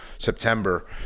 september